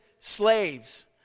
Slaves